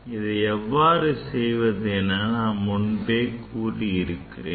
இதை எவ்வாறு செய்வது என நான் முன்பே கூறியிருந்தேன்